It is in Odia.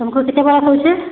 ତମ୍କୁ କେତେ ବରଷ୍ ହଉଛେଁ